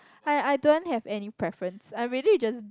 I I don't have any preference I'm really just